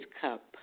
cup